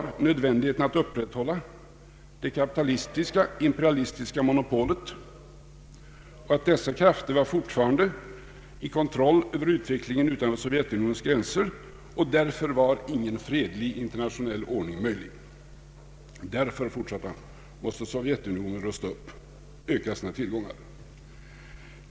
Sveriges utrikesoch handelspolitik upprätthålla det kapitalistiska imperialistiska monopolet, att dessa krafter fortfarande hade kontroll över utvecklingen utanför Sovjetunionens gränser och att ingen fredlig internationell ordning därför var möjlig. Stalin fortsatte med att säga att Sovjetunionen därför måste rusta upp och öka sina tillgångar.